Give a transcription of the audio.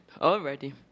Already